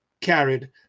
carried